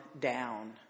down